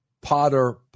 Potter